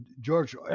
George